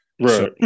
right